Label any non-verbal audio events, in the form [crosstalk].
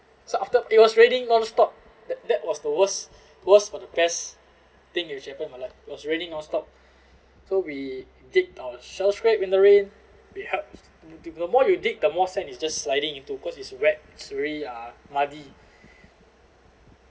so after it was raining nonstop that that was the worst [breath] worst or the best thing which happened in my life it was raining non-stop [breath] so we dig our shell scrape in the rain we helped more we dig the more sand is just sliding into cause it's wet it's really uh muddy